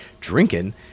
drinking